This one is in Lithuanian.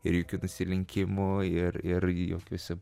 ir jokių įlinkimų ir irgi jokiuose